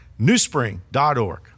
newspring.org